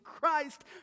Christ